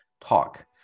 talk